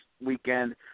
weekend